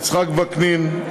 יצחק וקנין,